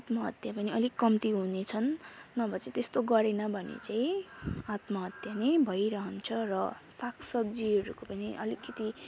आत्महत्या पनि अलिक कम्ती हुनेछन् नभए चाहिँ त्यस्तो गरेन भने चाहिँ आत्महत्या नै भइरहन्छ र सागसब्जीहरूको पनि अलिकति